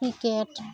cricket